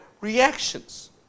reactions